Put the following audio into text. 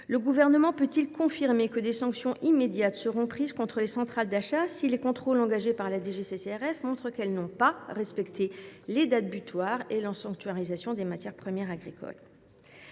Le Gouvernement peut il confirmer que des sanctions immédiates seront prises contre les centrales d’achat si les contrôles engagés par la DGCCRF montrent qu’elles n’ont pas respecté les dates butoirs et la sanctuarisation de la MPA ? Pour conclure